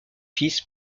fils